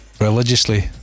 religiously